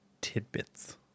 tidbits